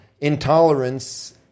Intolerance